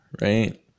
right